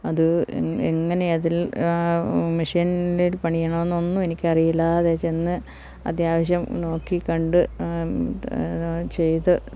അതെങ്ങനെ അതിൽ മെഷീൻ്റകത്ത് പണിയണമെന്നൊന്നും എനിക്കറിയാതെ ചെന്ന് അത്യാവശ്യം നോക്കിയും കണ്ടും ചെയ്ത്